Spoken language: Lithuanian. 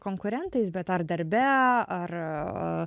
konkurentais bet ar darbe ar